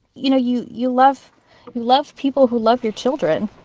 you know, you you love love people who love your children